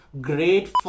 great